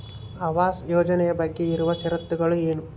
ಆವಾಸ್ ಯೋಜನೆ ಬಗ್ಗೆ ಇರುವ ಶರತ್ತುಗಳು ಏನು?